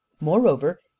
moreover